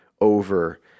over